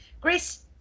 Grace